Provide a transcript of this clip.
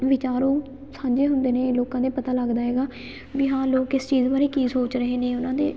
ਵਿਚਾਰ ਉਹ ਸਾਂਝੇ ਹੁੰਦੇ ਨੇ ਲੋਕਾਂ ਦੇ ਪਤਾ ਲੱਗਦਾ ਹੈਗਾ ਵੀ ਹਾਂ ਲੋਕ ਕਿਸ ਚੀਜ਼ ਬਾਰੇ ਕੀ ਸੋਚ ਰਹੇ ਨੇ ਉਹਨਾਂ ਦੇ